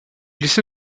laissé